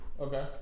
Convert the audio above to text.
Okay